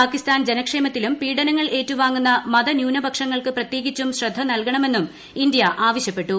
പാക്കിസ്ഥാൻ ജനക്ഷേമത്തിലും പീഡനങ്ങൾ ഏറ്റുവാങ്ങുന്ന മതന്യൂനപക്ഷങ്ങൾക്ക് പ്രത്യേകിച്ചും ശ്രദ്ധനൽകണമെന്നും ഇന്ത്യ ആവശ്യപ്പെട്ടു